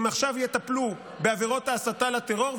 אם עכשיו יטפלו בעבירות ההסתה לטרור,